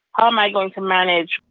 how am i going to manage?